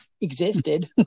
existed